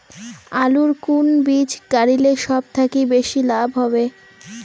আলুর কুন বীজ গারিলে সব থাকি বেশি লাভ হবে?